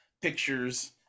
pictures